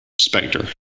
Spectre